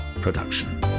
production